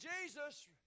Jesus